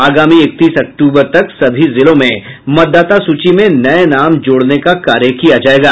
अगामी इकतीस अक्टूबर तक सभी जिलों में मतदाता सूची में नये नाम जोड़ने का कार्य किया जायेगा